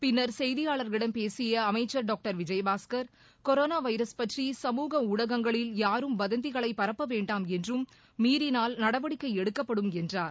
பின்னர் செய்தியாளர்களிடம் பேசியஅமைச்சர்டாக்டர் விஜயபாஸ்கர் கொரோனாவைரஸ் பற்றி சமூக ஊடகங்களில் யாரும் வதந்திகளைபரப்பவேண்டாம் என்றும் மீறினால் நடவடிக்கைஎடுக்கப்படும் என்றார்